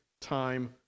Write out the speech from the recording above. time